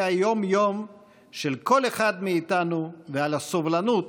היום-יום של כל אחד מאיתנו ועל הסובלנות